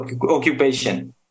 occupation